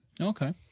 okay